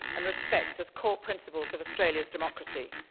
and respect is core principles of australia's democracy.